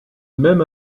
même